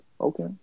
Okay